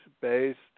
based